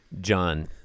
John